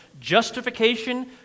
Justification